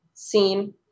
scene